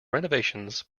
renovations